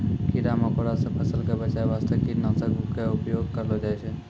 कीड़ा मकोड़ा सॅ फसल क बचाय वास्तॅ कीटनाशक के उपयोग करलो जाय छै